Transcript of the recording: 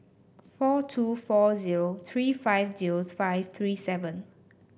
four two four zero three five zero five three seven